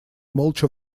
молча